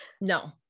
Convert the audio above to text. No